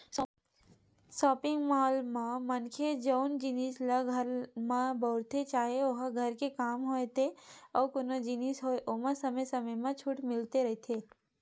shopping mall म मनखे जउन जिनिस ल घर म बउरथे चाहे ओहा घर के काम होय ते अउ कोनो जिनिस होय ओमा समे समे म छूट मिलते रहिथे